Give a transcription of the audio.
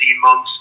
months